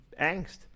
angst